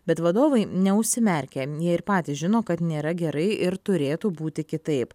bet vadovai neužsimerkia jie ir patys žino kad nėra gerai ir turėtų būti kitaip